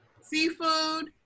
seafood